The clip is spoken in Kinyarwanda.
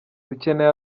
dukeneye